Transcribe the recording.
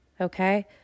okay